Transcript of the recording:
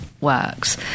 works